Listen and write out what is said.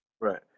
Right